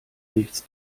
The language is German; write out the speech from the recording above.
nichts